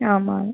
ஆமாம்